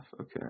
Okay